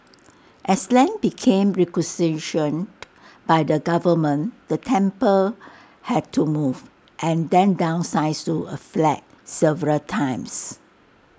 as land became requisitioned by the government the temple had to move and then downsize to A flat several times